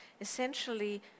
essentially